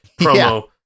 promo